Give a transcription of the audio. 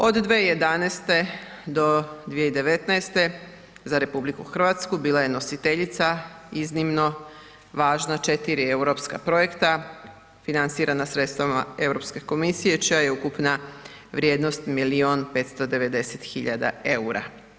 Od 2011. do 2019. za RH bila je nositeljica iznimno važna 4 europska projekta financirana sredstvima Europske komisije čija je ukupna vrijednost milijun 590 hiljada eura.